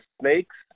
snakes